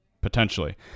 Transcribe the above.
potentially